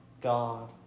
God